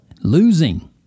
Losing